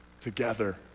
together